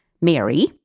Mary